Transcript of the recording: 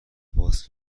باز